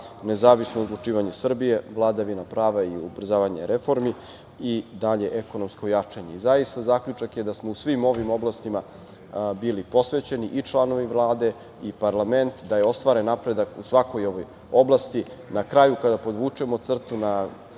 nezavisno odlučivanje Srbije, vladavina prava i ubrzavanje reformi i dalje ekonomsko jačanje. Zaista, zaključak je da smo u svim ovim oblastima bili posvećeni i članovi Vlade i parlament da je ostvaren napredak u svakoj ovoj oblasti. Na kraju, kada podvučemo crtu na